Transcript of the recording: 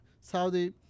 Saudi